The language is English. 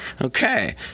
Okay